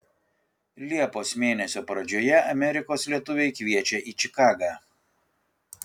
liepos mėnesio pradžioje amerikos lietuviai kviečia į čikagą